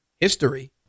history